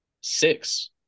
six